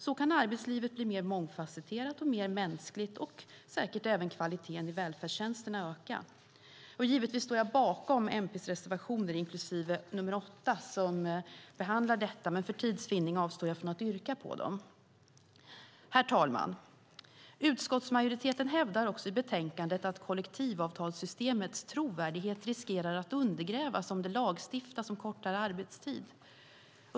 Så kan arbetslivet bli mer mångfasetterat och mer mänskligt, och så kan säkert även kvaliteten i välfärdstjänsterna öka. Givetvis står jag bakom MP:s reservationer, inklusive nr 8 som behandlar detta, men för tids vinnande avstår jag från att yrka bifall till dem. Herr talman! Utskottsmajoriteten hävdar också i betänkandet att kollektivavtalssystemets trovärdighet riskerar att undergrävas om det lagstiftas om kortare arbetstid.